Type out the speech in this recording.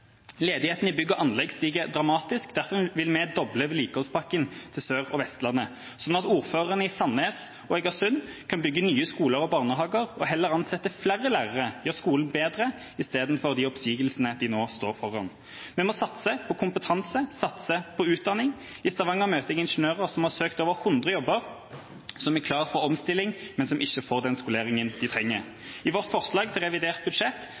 Ledigheten i bygg og anlegg stiger dramatisk, og derfor vil vi doble vedlikeholdspakken til Sør- og Vestlandet, slik at ordførerne i Sandnes og Eigersund kan bygge nye skoler og barnehager og heller ansette flere lærere, gjøre skolen bedre, i stedet for de oppsigelsene de nå står foran. Vi må satse på kompetanse, satse på utdanning. I Stavanger møter jeg ingeniører som har søkt over 100 jobber, som er klar for omstilling, men som ikke får den skoleringen de trenger. I vårt forslag til revidert budsjett